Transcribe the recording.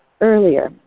earlier